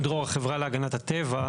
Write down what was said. דרור החברה להגנת הטבע,